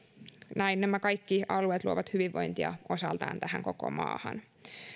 näin nämä kaikki alueet luovat hyvinvointia osaltaan koko tähän maahan